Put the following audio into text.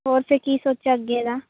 ਹੋਰ ਫਿਰ ਕੀ ਸੋਚਿਆ ਅੱਗੇ ਦਾ